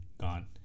Gone